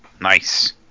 nice